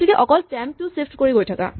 গতিকে অকল টেম্প টো ছিফ্ট কৰি গৈ থাকা